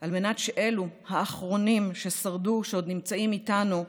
על מנת שאלו, האחרונים ששרדו ועוד נמצאים איתנו,